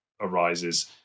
arises